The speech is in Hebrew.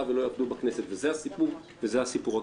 ולא יעבדו בכנסת וזה הסיפור הקשה.